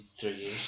three